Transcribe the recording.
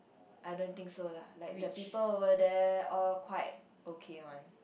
I don't think so lah like the people over there all quite okay one